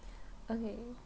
okay